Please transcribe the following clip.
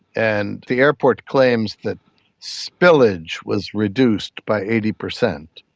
and the airport claims that spillage was reduced by eighty percent.